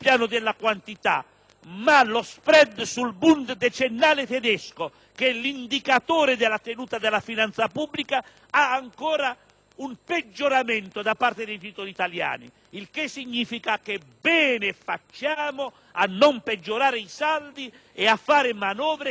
ma lo *spread* sul *Bund* decennale tedesco, che è l'indicatore della tenuta della finanza pubblica, registra ancora un peggioramento da parte dei titoli italiani; il che significa che bene facciamo a non peggiorare i saldi e a porre in essere manovre che si tengano